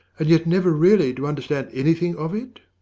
and yet never really to understand anything of it?